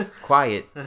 Quiet